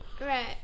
Right